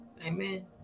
Amen